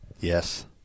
Yes